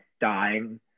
dying